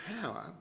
power